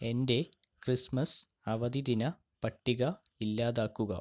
എൻ്റെ ക്രിസ്മസ് അവധി ദിന പട്ടിക ഇല്ലാതാക്കുക